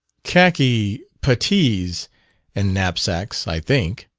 khaki, puttees and knapsacks, i think.